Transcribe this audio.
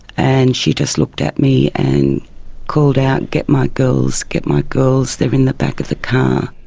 and she just looked at me and called out, get my girls, get my girls, they're in the back of the car.